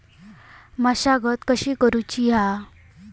मशागत कशी करूची हा?